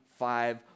five